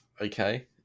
okay